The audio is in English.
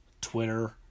Twitter